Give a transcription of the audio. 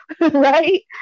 right